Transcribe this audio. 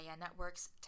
Network's